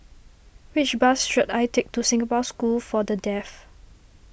which bus should I take to Singapore School for the Deaf